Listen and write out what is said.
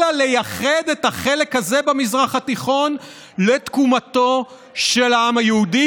אלא לייחד את החלק הזה במזרח התיכון לתקומתו של העם היהודי,